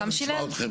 סתם שילם?